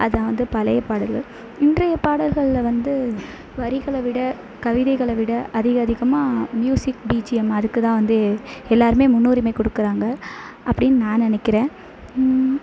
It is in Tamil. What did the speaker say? அதான் வந்து பழைய பாடல்கள் இன்றைய பாடல்களில் வந்து வரிகளை விட கவிதைகளை விட அதிக அதிகமாக மியூசிக் பிஜிஎம் அதுக்குதான் வந்து எல்லாருமே முன்னுரிமை கொடுக்குறாங்க அப்படின்னு நான் நினைக்கிறன்